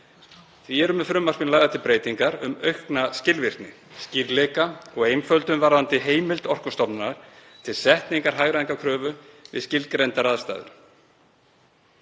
Því eru með frumvarpinu lagðar til breytingar um aukna skilvirkni, skýrleika og einföldun varðandi heimild Orkustofnunar til setningar hagræðingarkröfu við skilgreindar aðstæður.